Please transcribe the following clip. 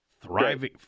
Thriving